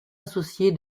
associé